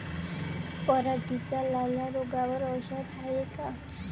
पराटीच्या लाल्या रोगावर औषध हाये का?